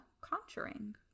conjuring